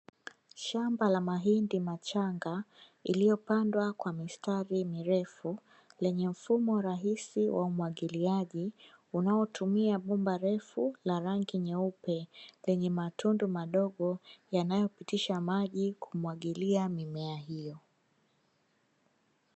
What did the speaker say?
Shamba la mahindi machanga, iliyopandwa kwa mistari mirefu, lenye mfumo rahisi wa umwagiliaji, unaotumia bomba refu la rangi nyeupe lenye matundu madogo, yanayopitisha maji kumwagilia mimea hiyo.